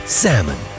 salmon